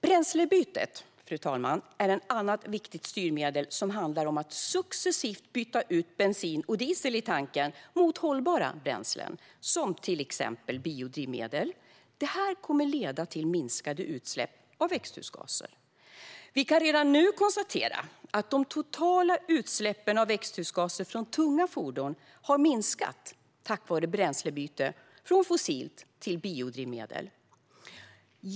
Bränslebytet, fru talman, är ett annat viktigt styrmedel och handlar om att successivt byta ut bensin och diesel i tanken mot hållbara bränslen, exempelvis biodrivmedel. Detta kommer att leda till minskade utsläpp av växthusgaser. Vi kan redan nu konstatera att de totala utsläppen av växthusgaser från tunga fordon har minskat tack vare bränslebyte från fossilt till biodrivmedel.